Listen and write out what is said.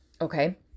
Okay